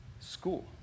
school